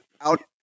out